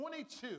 22